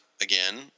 again